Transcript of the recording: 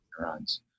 neurons